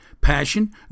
passion